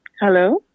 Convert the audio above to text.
Hello